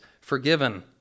forgiven